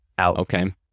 Okay